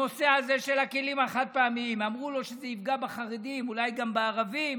הנושא הזה של הכלים החד-פעמיים, אולי גם בערבים,